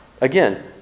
Again